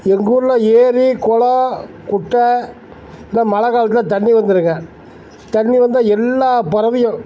எங்கள் ஊரில் ஏரி குளோம் குட்டை இந்த மழை காலத்தில் தண்ணி வந்துடுங்க தண்ணி வந்தால் எல்லாப் பறவையும்